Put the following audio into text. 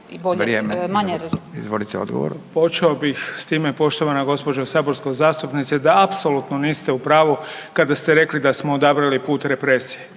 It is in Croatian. Vili (HDZ)** Početo bih s time poštovana gospođo saborska zastupnice da apsolutno niste u pravu kada ste rekli da smo odabrali put represije.